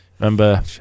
Remember